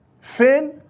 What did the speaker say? sin